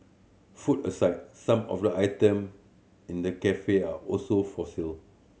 food aside some of the item in the cafe are also for sale